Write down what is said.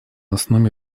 основе